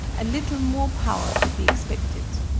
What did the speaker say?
a little more power could be expected.